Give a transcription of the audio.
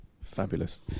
fabulous